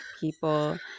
people